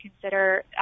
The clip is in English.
consider